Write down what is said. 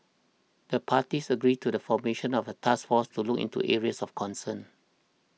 the parties agreed to the formation of a task force to look into areas of concern